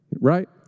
Right